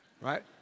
right